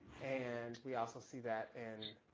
and we also see that and